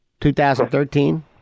2013